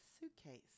suitcase